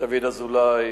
דוד אזולאי